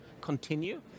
continue